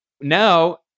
now